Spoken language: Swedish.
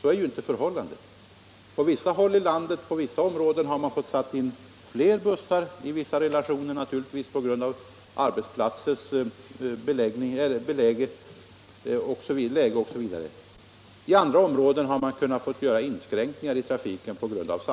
I vissa områden av landet har man satt in relativt fler bussar på grund av arbetsplatsers läge osv. I andra områden har man fått göra inskränkningar i trafiken.